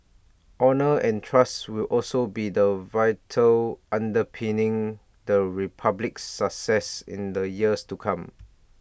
honour and trust will also be the virtues underpinning the republic's success in the years to come